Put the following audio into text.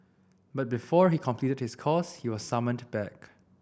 but before he completed his course he was summoned back